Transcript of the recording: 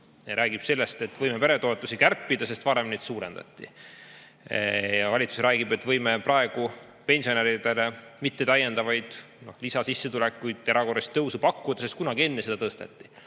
räägib sellest, et võime peretoetusi kärpida, sest varem neid suurendati. Ja valitsus räägib ka, et võime praegu pensionäridele mitte täiendavaid sissetulekuid, erakorralist tõusu pakkuda, sest kunagi enne seda tõsteti.